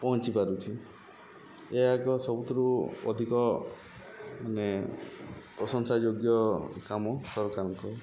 ପହଞ୍ଚି ପାରୁଛି ଏହା ଏକ ସବୁଥିରୁ ଅଧିକ ମାନେ ପ୍ରଶଂସା ଯୋଗ୍ୟ କାମ ସରକାରଙ୍କର